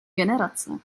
generace